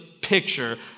picture